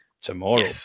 tomorrow